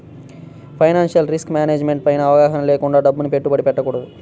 financial risk management పైన అవగాహన లేకుండా డబ్బుని పెట్టుబడి పెట్టకూడదు